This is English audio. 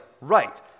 right